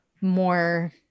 more